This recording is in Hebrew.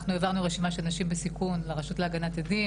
אנחנו העברנו רשימה של נשים בסיכון לרשות להגנת עדים,